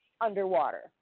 underwater